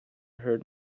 heard